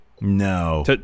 No